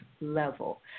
level